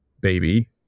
baby